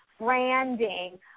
branding